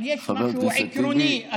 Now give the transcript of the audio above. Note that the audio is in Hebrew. אבל יש משהו עקרוני,